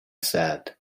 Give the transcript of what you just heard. said